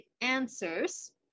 answers